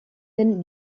den